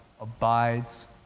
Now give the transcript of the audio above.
abides